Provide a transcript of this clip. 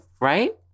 right